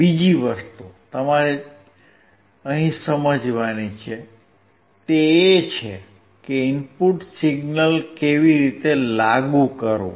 બીજી વસ્તુ જે તમારે અહીં સમજવાની છે તે એ છે કે ઇનપુટ સિગ્નલ કેવી રીતે લાગુ કરવું